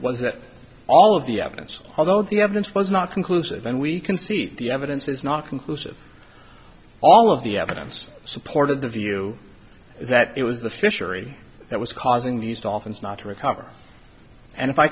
was that all of the evidence although the evidence was not conclusive and we can see the evidence is not conclusive all of the evidence supported the view that it was the fishery that was causing these dolphins not to recover and if i